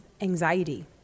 anxiety